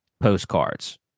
postcards